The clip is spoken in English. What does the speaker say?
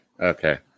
okay